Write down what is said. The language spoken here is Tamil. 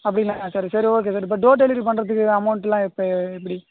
அப்படிங்களாங்க சரி சரி ஓகே சார் இப்போ டோர் டெலிவரி பண்ணுறதுக்கு அமௌண்ட்டுலாம் இப்போ எப்படி